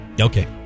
okay